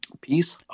Peace